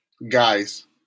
guys